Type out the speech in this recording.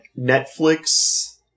Netflix